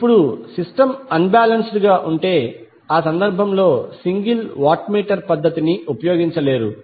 ఇప్పుడు system unbalanced గా ఉంటే ఆ సందర్భంలో సింగిల్ వాట్ మీటర్ పద్ధతిని ఉపయోగించలేరు